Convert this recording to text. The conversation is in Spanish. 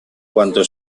cuando